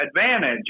advantage